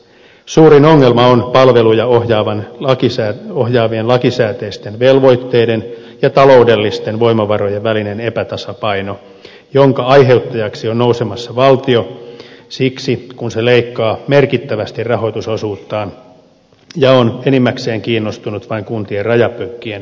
suurin ongelma on palveluja ohjaavien lakisääteisten velvoitteiden ja taloudellisten voimavarojen välinen epätasapaino jonka aiheuttajaksi on nousemassa valtio siksi että se leikkaa merkittävästi rahoitusosuuttaan ja on enimmäkseen kiinnostunut vain kuntien rajapyykkien siirtelystä